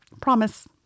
Promise